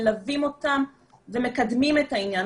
מלווים אותם ומקדמים את העניין.